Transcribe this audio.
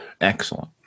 Excellent